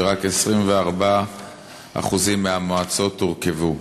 ורק 24% מהמועצות הורכבו.